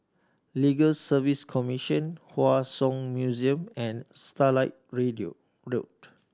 Legal Service Commission Hua Song Museum and Starlight Road